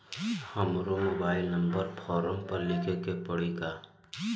हमरो mobile number form पर लिखे के पड़ी का?